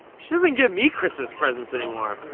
she doesn't give me christmas presents anymore.